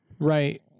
right